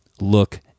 look